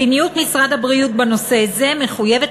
מדיניות משרד הבריאות בנושא זה מחויבת